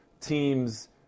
teams